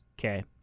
Okay